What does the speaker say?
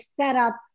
setup